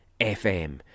FM